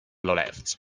left